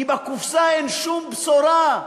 כי בקופסה אין שום בשורה.